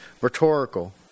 rhetorical